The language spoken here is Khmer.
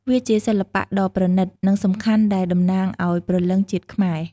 វាជាសិល្បៈដ៏ប្រណិត និងសំខាន់ដែលតំណាងឱ្យព្រលឹងជាតិខ្មែរ។